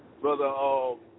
brother